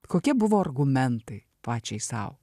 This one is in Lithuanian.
kokie buvo argumentai pačiai sau